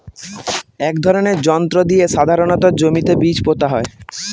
এক ধরনের যন্ত্র দিয়ে সাধারণত জমিতে বীজ পোতা হয়